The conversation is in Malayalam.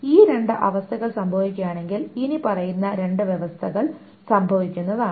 ഈ രണ്ട് അവസ്ഥകൾ സംഭവിക്കുകയാണെങ്കിൽ ഇനിപ്പറയുന്ന രണ്ട് വ്യവസ്ഥകൾ സംഭവിക്കുന്നതാണ്